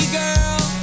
girl